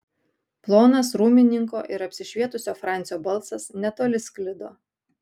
plonas rūmininko ir apsišvietusio francio balsas netoli sklido